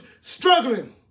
struggling